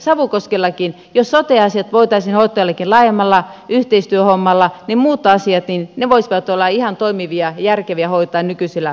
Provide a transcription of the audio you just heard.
savukoskellakin jos sote asiat voitaisiin hoitaa jollakin laajemmalla yhteistyöhommalla ne muut asiat voisivat olla ihan toimivia ja järkeviä hoitaa nykyisellä mallilla